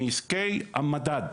נזקי המדד.